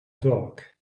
dog